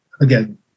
again